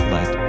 Let